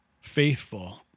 faithful